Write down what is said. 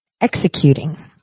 executing